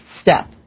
step